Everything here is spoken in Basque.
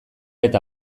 eta